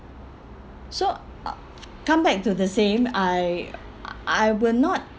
so uh come back to the same I I will not